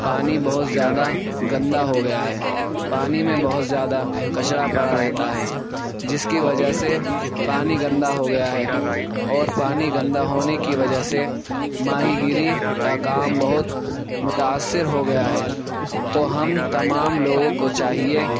پانی بہت زیادہ گندا ہو گیا ہے پانی میں بہت زیادہ کچڑا پڑا رہتا ہے جس کی وجہ سے پانی گندا ہو گیا ہے اور پانی گندا ہونے کی وجہ سے ماہی گری کا کام بہت متأثر ہو گیا ہے تو ہم تمام لوگوں کو چاہیے